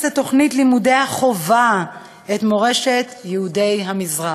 לתוכנית לימודי החובה את מורשת יהודי המזרח.